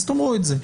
אז תאמרו את זה.